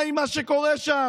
מה עם מה שקורה שם